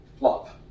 love